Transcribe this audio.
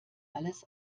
alles